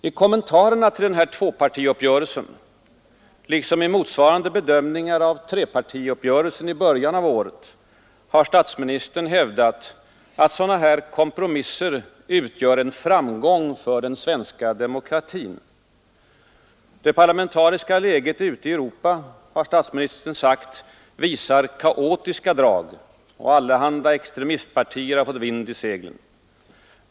I kommentarerna till tvåpartiuppgörelsen, liksom i motsvarande bedömningar av trepartiuppgörelsen i början av året, har statsministern hävdat att sådana kompromisser utgör en framgång för den svenska demokratin. Det parlamentariska läget i Europa visar — har statsministern sagt — ”kaotiska drag och allehanda extremistpartier har fått vind i seglen”.